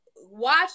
watch